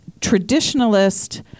traditionalist